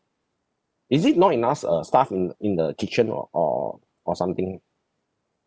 is it not enough uh staff in uh in the kitchen or or or something